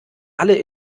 alle